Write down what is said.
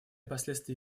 последствия